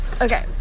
Okay